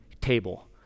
table